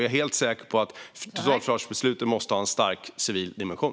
Jag är helt säker på att totalförsvarsbeslutet måste ha en stark civil dimension.